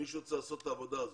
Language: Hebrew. מישהו צריך לעשות את העבודה הזאת.